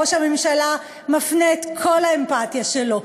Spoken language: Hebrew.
ראש הממשלה מפנה את כל האמפתיה שלו,